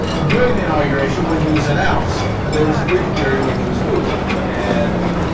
during the inauguration when he was announced there was a brief period when he was booed and